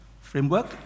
framework